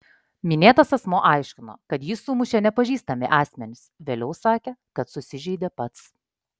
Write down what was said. minėtas asmuo aiškino kad jį sumušė nepažįstami asmenys vėliau sakė kad susižeidė pats